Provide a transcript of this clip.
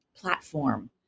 platform